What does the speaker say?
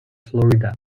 florida